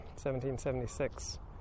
1776